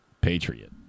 patriot